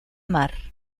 mar